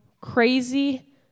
crazy